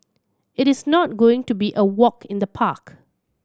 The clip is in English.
it is not going to be a walk in the park